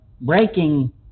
breaking